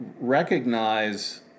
recognize